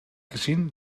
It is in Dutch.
gezien